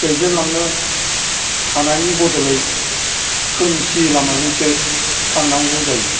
दैदेनलांनो हानायनि बदलै खोमसि लामाजोंसो थांनांगौ जायो